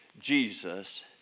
Jesus